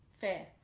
Fair